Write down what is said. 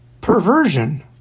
perversion